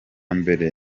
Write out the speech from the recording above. mbere